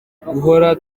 guhora